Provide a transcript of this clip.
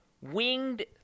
winged